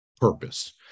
purpose